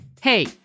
Hey